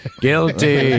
Guilty